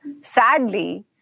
sadly